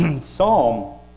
Psalm